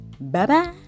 bye-bye